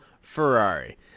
Ferrari